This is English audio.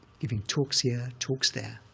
giving talks here, talks there,